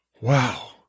Wow